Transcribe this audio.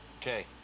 Okay